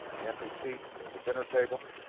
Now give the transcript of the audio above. the empty seat at the dinner table.